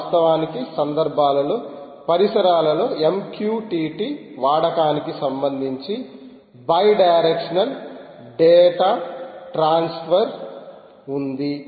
వాస్తవ సందర్భాలలో పరిసరాలలో MQTT వాడకానికి సంబంధించి బై డైరెక్షనల్ డేటా ట్రాన్స్ఫర్ ఉంధి